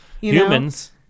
Humans